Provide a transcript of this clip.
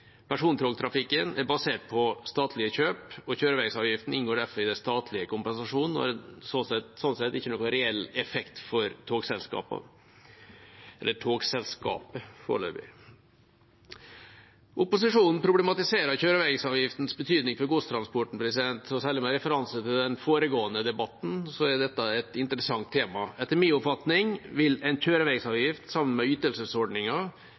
persontogtrafikken blir tilpasset jernbanereformen. Persontogtrafikken er basert på statlige kjøp, og kjøreveisavgiften inngår derfor i den statlige kompensasjonen og har sånn sett ingen reell effekt for togselskapet – foreløpig. Opposisjonen problematiserer kjøreveisavgiftens betydning for godstransporten, og særlig med referanse til den foregående debatten er dette et interessant tema. Etter min oppfatning vil en kjøreveisavgift sammen med